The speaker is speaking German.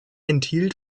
enthielt